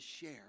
share